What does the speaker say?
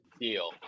deal